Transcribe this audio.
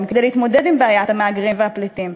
כדי להתמודד עם בעיית המהגרים והפליטים,